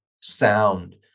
sound